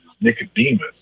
Nicodemus